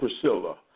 Priscilla